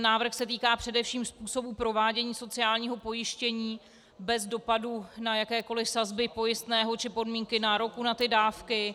Návrh se týká především způsobu provádění sociálního pojištění bez dopadu na jakékoliv sazby pojistného či podmínky nároku na dávky.